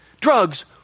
Drugs